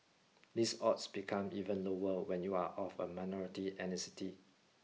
these odds become even lower when you are of a minority ethnicity